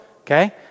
okay